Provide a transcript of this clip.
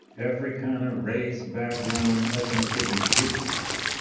every kind of race background, ethnicity difference,